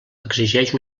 exigeix